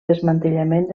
desmantellament